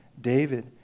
David